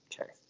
Okay